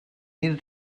need